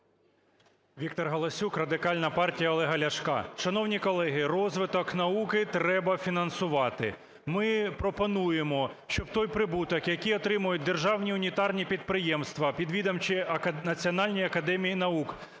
Віктор Галасюк, Радикальна партія Олега Ляшка. Шановні колеги, розвиток науки треба фінансувати. Ми пропонуємо, щоб той прибуток, який отримують державні унітарні підприємства, підвідомчі національні академії наук,